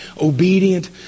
obedient